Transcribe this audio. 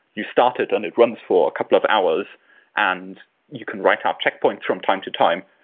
you start it and it runs for a couple of hours and you can write up checkpoints from time to time.